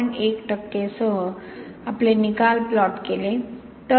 1 टक्के सह आमचे निकाल प्लॉट केले